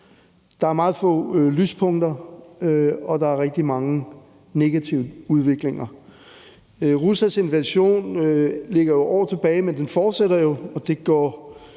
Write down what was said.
Der er meget få lyspunkter, og der er rigtig mange negative udviklinger. Ruslands invasion ligger år tilbage, men den fortsætter jo, og det går